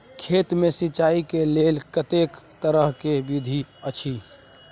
खेत मे सिंचाई के लेल कतेक तरह के विधी अछि?